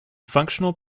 functional